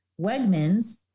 Wegmans